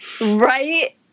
Right